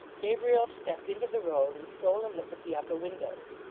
gabriel stepped into the road, and stole a look at the upper windows.